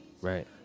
right